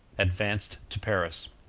advanced to paris.